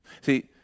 See